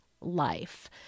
life